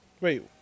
wait